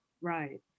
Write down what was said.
Right